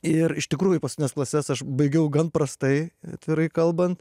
ir iš tikrųjų paskutines klases aš baigiau gan prastai atvirai kalbant